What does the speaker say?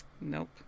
nope